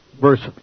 verse